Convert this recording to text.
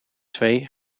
twee